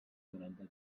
noranta